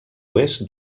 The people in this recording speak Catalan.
oest